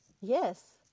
Yes